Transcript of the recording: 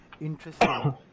interesting